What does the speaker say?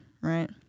Right